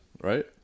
Right